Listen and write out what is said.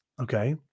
Okay